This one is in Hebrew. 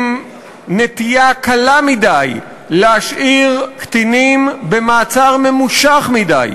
עם נטייה קלה מדי להשאיר קטינים במעצר ממושך מדי.